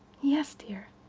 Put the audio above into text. yes, dear.